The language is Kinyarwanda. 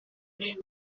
kuri